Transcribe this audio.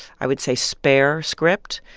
i would say, spare script,